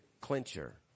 clincher